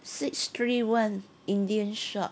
six three one indian shop